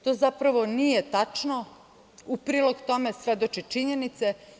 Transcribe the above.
To, zapravo, nije tačno, u prilog tome svedoče činjenice.